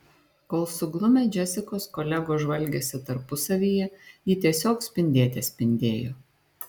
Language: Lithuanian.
kol suglumę džesikos kolegos žvalgėsi tarpusavyje ji tiesiog spindėte spindėjo